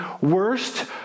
worst